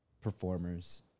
Performers